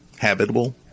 habitable